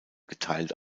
geteilt